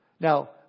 Now